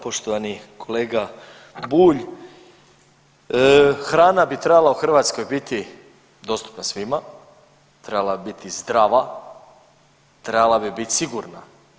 Poštovani kolega Bulj, hrana bi trebala u Hrvatskoj biti dostupna svima, trebala bi biti zdrava, trebala bi biti sigurna.